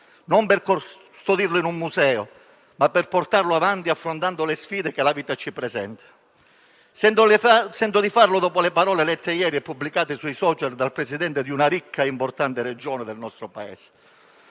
non per custodirlo in un museo ma per affrontare le sfide che la vita ci presenta. Sento di farlo dopo le parole lette ieri e pubblicate sui *social* dal presidente di una ricca e importante Regione del nostro Paese.